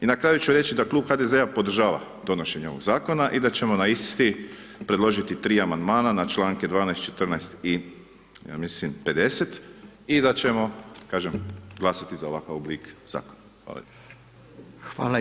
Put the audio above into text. I na kraju ću reći da klub HDZ-a podržava donošenje ovog zakona i da ćemo na isti predložiti tri amandmana, na članke 12., 14. i ja mislim, 50., i da ćemo kažem, glasati za ovakav oblik zakona, hvala lijepo.